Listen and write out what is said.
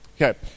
Okay